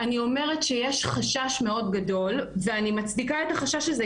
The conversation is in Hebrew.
אני אומרת שיש חשש מאוד גדול ואני מצדיקה את החשש הזה,